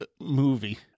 movie